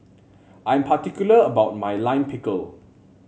I am particular about my Lime Pickle